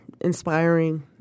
inspiring